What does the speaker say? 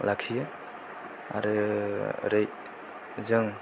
लाखियो आरो ओरै जों